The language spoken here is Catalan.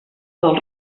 del